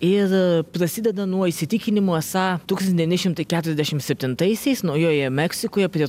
ir prasideda nuo įsitikinimo esą tūkstantis devyni šimtai keturiasdešim septintaisiais naujojoje meksikoje prie